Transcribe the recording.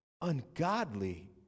ungodly